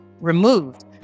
removed